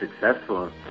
successful